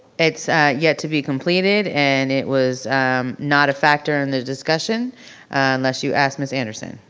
it's a yet to be completed and it was not a factor in the discussion unless you asked ms. anderson.